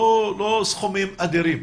לא סכומים אדירים,